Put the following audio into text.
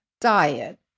diet